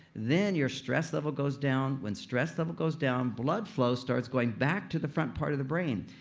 then your stress level goes down. when stress level goes down, blood flow starts going back to the front part of the brain.